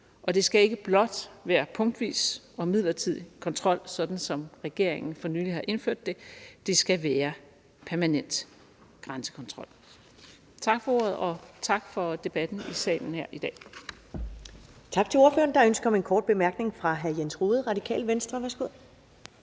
og det skal ikke blot være punktvis og midlertidig kontrol, sådan som regeringen for nylig har indført det. Det skal være permanent grænsekontrol. Tak for ordet, og tak for debatten i salen her i dag. Kl. 14:46 Første næstformand (Karen Ellemann): Tak til ordføreren. Der er ønske om en kort bemærkning fra hr. Jens Rohde, Radikale Venstre. Værsgo.